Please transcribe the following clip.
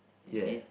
ya